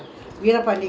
mmhmm